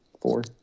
four